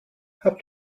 habt